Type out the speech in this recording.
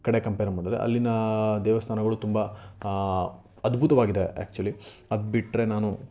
ಕಡೆ ಕಂಪೇರ್ ಮಾಡಿದ್ರೆ ಅಲ್ಲಿನ ದೇವಸ್ಥಾನಗಳು ತುಂಬ ಅದ್ಭುತವಾಗಿದೆ ಆಕ್ಚುಲಿ ಅದು ಬಿಟ್ಟರೆ ನಾನು